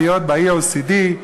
להיות ב-OECD,